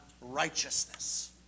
righteousness